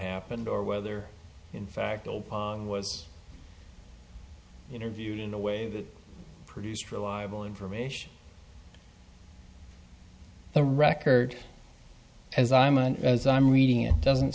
happened or whether in fact opon was interviewed in a way that produced reliable information the record as i'm and as i'm reading it doesn't